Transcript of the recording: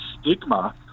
stigma